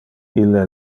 ille